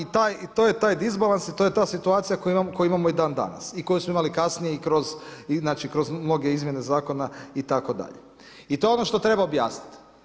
I to je taj disbalans i to je ta situacija koju imamo i dana danas i koju smo imali i kasnije i kroz mnoge izmjene zakona itd. i to je ono što treba objasniti.